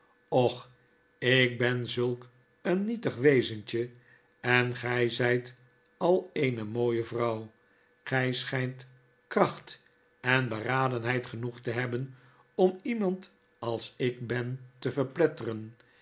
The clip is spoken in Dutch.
och ik hen zulk een nietig wezentje en gy zyt al eene mooie vrouw gy schynt kracht en beradenheid genoeg te heb ben om iemand als ik ben te verpletteren